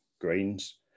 greens